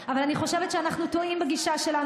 אבל אני רוצה להזכיר לכולם שבזכות